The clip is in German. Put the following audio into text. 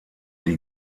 die